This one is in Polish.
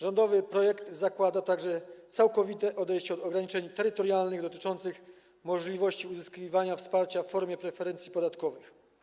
Rządowy projekt zakłada także całkowite odejście od ograniczeń terytorialnych dotyczących możliwości uzyskiwania wsparcia w formie preferencji podatkowych.